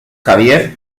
xavier